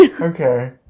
Okay